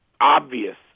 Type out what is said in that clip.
obvious